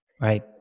Right